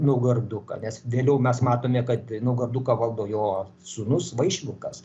naugarduką nes vėliau mes matome kad naugarduką valdo jo sūnus vaišvilkas